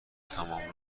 تمام